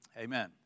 Amen